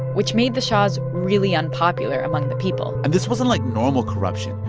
which made the shahs really unpopular among the people and this wasn't like normal corruption.